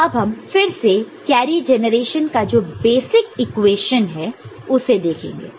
तो अब हम फिर से कैरी जनरेशन का जो बेसिक इक्वेशन है उसे देखेंगे